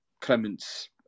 Clements